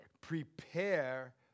Prepare